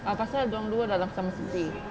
uh pasal dia orang dua dalam sama C_C_A